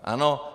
Ano?